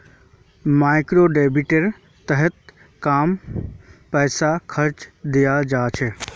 मइक्रोक्रेडिटेर तहत कम पैसार कर्ज दियाल जा छे